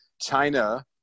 China